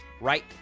right